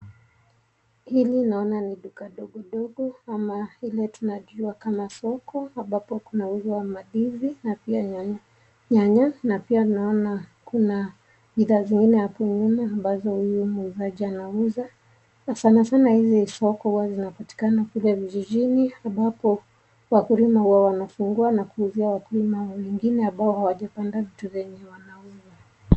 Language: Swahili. Hili naona ni duka dogo dogo, ama ile tunajua kama soko ambapo kunauzwa mandizi, na pia nyanya, na pia naona kuna bidhaa zingine ambazo muuzaji anauza. Na sanasana soko huwa zinapatikana kule vijijini ambapo wakulima huwa wanafungua na kuuzia wakulima wengine ambao hawajapanda vitu zenye wanauza.